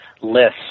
lists